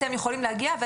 אתם יכולים להגיע?